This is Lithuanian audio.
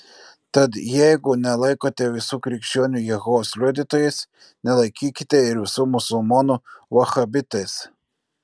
tad jeigu nelaikote visų krikščionių jehovos liudytojais nelaikykite ir visų musulmonų vahabitais